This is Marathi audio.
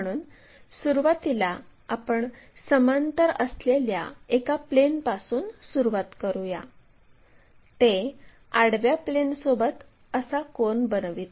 म्हणून सुरुवातीला आपण समांतर असलेल्या एका प्लेनपासून सुरुवात करूया ते आडव्या प्लेनसोबत असा कोन बनविते